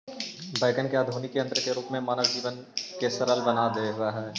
wagon ने आधुनिक यन्त्र के रूप में मानव जीवन के सरल बना देवऽ हई